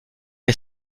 est